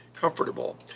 comfortable